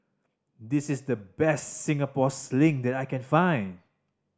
this is the best Singapore Sling that I can find